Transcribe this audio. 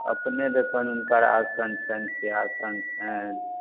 अपने देखबनि हुनकर आसन छनि सिंहासन छनि